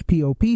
pop